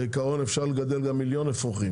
בעיקרון כל אחד יכול לגדל גם מיליון אפרוחים.